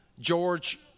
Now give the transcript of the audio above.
George